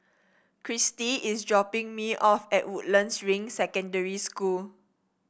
Cristi is dropping me off at Woodlands Ring Secondary School